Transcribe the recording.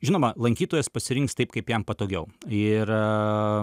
žinoma lankytojas pasirinks taip kaip jam patogiau ir